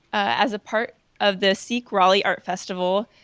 as a part of the seek raleigh art festival.